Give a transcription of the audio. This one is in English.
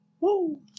Woo